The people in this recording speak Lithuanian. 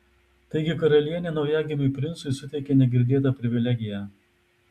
taigi karalienė naujagimiui princui suteikė negirdėtą privilegiją